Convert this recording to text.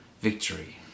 victory